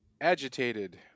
agitated